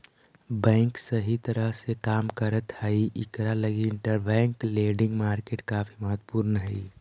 bank सही तरह से काम करैत हई इकरा लगी इंटरबैंक लेंडिंग मार्केट काफी महत्वपूर्ण हई